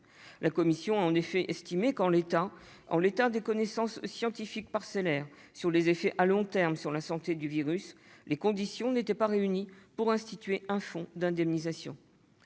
La commission a en effet estimé que, en l'état des connaissances scientifiques parcellaires sur les effets à long terme sur la santé du virus, les conditions n'étaient pas réunies pour instituer un fonds d'indemnisation.